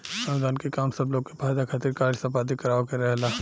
अनुदान के काम सब लोग के फायदा खातिर कार्य संपादित करावे के रहेला